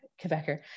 Quebecer